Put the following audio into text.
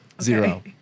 zero